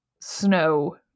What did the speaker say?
snow